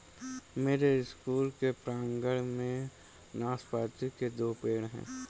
मेरे स्कूल के प्रांगण में नाशपाती के दो पेड़ हैं